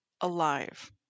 alive